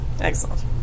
Excellent